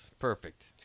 Perfect